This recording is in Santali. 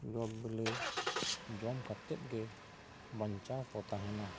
ᱡᱚ ᱵᱤᱞᱤ ᱡᱚᱢ ᱠᱟᱛᱮᱜ ᱜᱤ ᱵᱟᱧᱪᱟᱣ ᱠᱚ ᱛᱟᱦᱮᱱᱟ